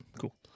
Cool